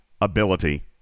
ability